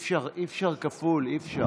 דרך אגב,